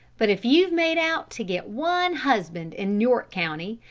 but if you've made out to get one husband in york county,